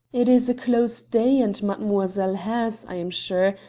it is a close day and mademoiselle has, i am sure,